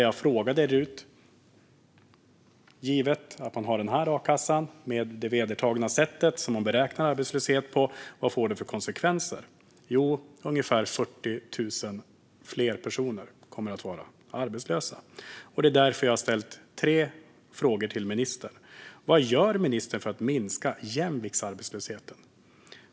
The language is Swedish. Jag frågade RUT: Givet att man har den här a-kassan och det vedertagna sättet att beräkna arbetslöshet - vad får det för konsekvenser? Jo, ungefär 40 000 fler personer kommer att vara arbetslösa. Det är därför jag har ställt tre frågor till ministern: Vad gör ministern för att minska jämviktsarbetslösheten?